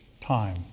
time